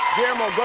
guillermo, but